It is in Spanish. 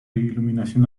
iluminación